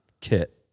kit